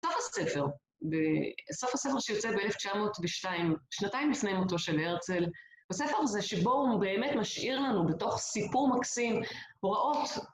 סוף הספר, סוף הספר שיוצא ב-1902, שנתיים לפני מותו של הרצל, הספר הזה שבו הוא באמת משאיר לנו בתוך סיפור מקסים, הוראות,